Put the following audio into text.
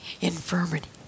infirmity